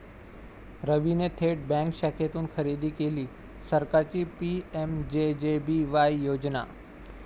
रवीने थेट बँक शाखेतून खरेदी केली सरकारची पी.एम.जे.जे.बी.वाय योजना